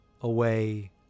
away